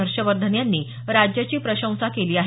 हर्षवर्धन यांनी राज्याची प्रशंसा केली आहे